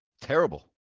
Terrible